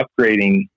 upgrading